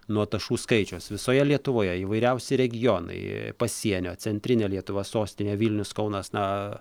nuo tašų skaičius visoje lietuvoje įvairiausi regionai pasienio centrinė lietuva sostinė vilnius kaunas na